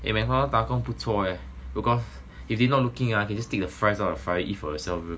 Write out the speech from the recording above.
eh McDonald's 打工不错 leh because if people not looking ah you can just take the fries or fry it for yourself bro